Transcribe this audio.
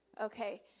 Okay